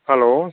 hello